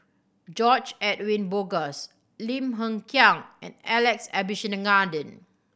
George Edwin Bogaars Lim Hng Kiang and Alex Abisheganaden